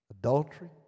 adultery